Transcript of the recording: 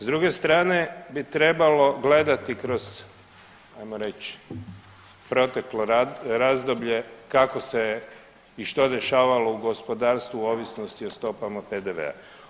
S druge strane bi trebalo gledati kroz ajmo reć proteklo razdoblje kako se i što dešavalo u gospodarstvu ovisnosti o stopama PDV-a.